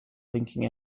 blinking